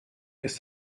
ist